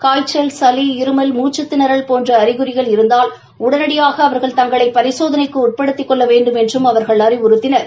காய்ச்சல் சளி இருமல் மூச்சு திணறல் போன்ற அறிகுறிகள் இருந்தால் உடனடியாக அவா்கள் தங்களை பரிசோதனைக்கு உட்டுபடுத்திக் கொள்ள வேண்டும் என்றும் அவர்கள் அறிவுறுத்தினர்